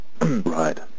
Right